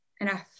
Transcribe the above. enough